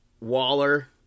waller